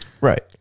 Right